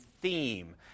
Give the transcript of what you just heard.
theme